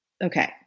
Okay